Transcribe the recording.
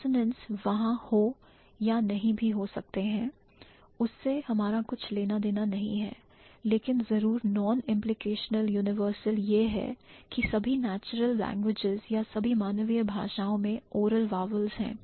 Consonants वहां हो या नहीं भी हो सकते हैं उससे हमारा कुछ लेना देना नहीं है लेकिन जरूर non implicational universal यह है कि सभी natural languages या सभी मानवीय भाषाओं में oral vowels है